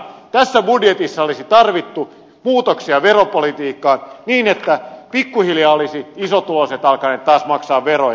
sen sijaan tässä budjetissa olisi tarvittu muutoksia veropolitiikkaan niin että pikkuhiljaa olisivat isotuloiset alkaneet taas maksaa veroja